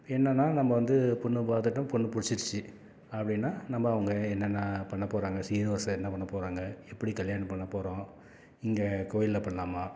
என்னென்னா நம்ம வந்து பொண்ணு பார்த்துட்டோம் பொண்ணு பிடிச்சிருச்சி அப்படின்னா நம்ம அவங்க என்னென்ன பண்ண போகிறாங்க சீர் வரிசை என்ன பண்ண போகிறாங்க எப்படி கல்யாணம் பண்ண போகிறோம் இங்கே கோவில்ல பண்ணலாமா